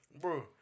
Bro